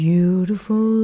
Beautiful